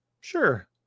Sure